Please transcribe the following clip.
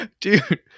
Dude